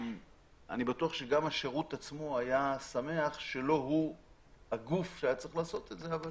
בטוח שגם השירות עצמו היה שמח לא לעשות זאת אבל